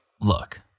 look